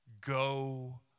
Go